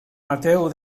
mateu